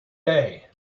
day